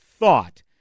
thought